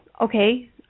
okay